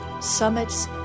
summits